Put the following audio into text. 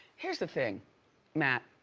here's the thing matt,